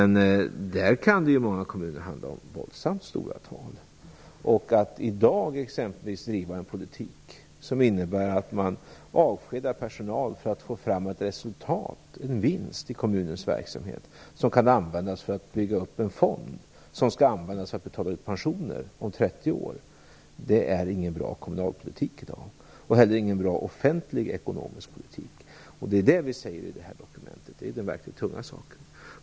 I många kommuner kan det dock handla om våldsamt stora tal, och att i dag exempelvis driva en politik som innebär att man avskedar personal för att få fram ett resultat, en vinst, i kommunens verksamhet som kan användas till att bygga upp en fond för att betala ut pensioner om 30 år, är i dag ingen bra kommunalpolitik. Det är inte heller någon bra offentlig ekonomisk politik. Det är det vi säger i detta dokument. Det är den verkligt tunga saken.